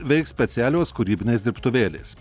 veiks specialios kūrybinės dirbtuvėlės